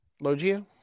Logia